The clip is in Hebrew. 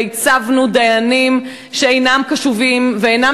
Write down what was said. והצבנו דיינים שאינם קשובים ואינם